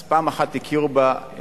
אז בשלב הראשון הכירו בעוני.